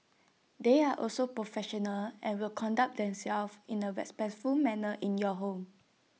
they are also professional and will conduct themselves in A respectful manner in your home